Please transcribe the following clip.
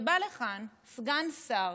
ובא לכאן סגן שר,